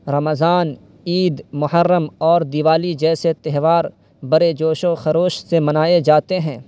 رمضان عید محرم اور دیوالی جیسے تہوار بڑے جوش و خروش سے منائے جاتے ہیں